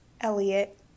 Elliot